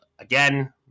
Again